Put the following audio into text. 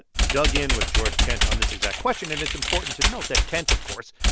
dug in with george kent on this exact question. and it's important to note that kent, of course,